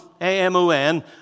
A-M-O-N